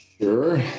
Sure